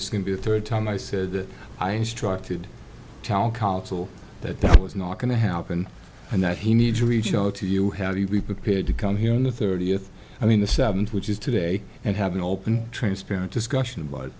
it's going to be the third time i said that i instructed tell counsel that that was not going to happen and that he needs to reach out to you have you be prepared to come here on the thirtieth i mean the seventh which is today and have an open transparent discussion about